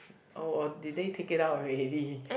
oh or did they take it out already